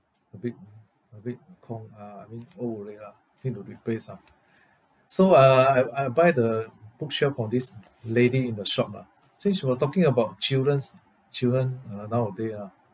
a bit a bit kong uh I mean old already lah keen to replace ah so uh I I buy the bookshelf from this lady in the shop lah since we were talking about children's children uh nowaday ah